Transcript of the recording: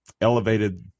elevated